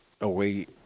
away